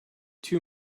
two